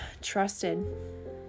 trusted